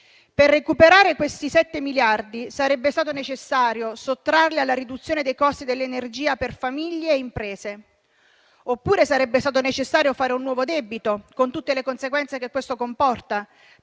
Per recuperare i 7 miliardi sarebbe stato necessario sottrarli alla riduzione dei costi dell'energia per famiglie e imprese oppure fare un nuovo debito, con tutte le conseguenze che ciò comporta,